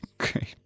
Okay